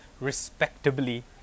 respectably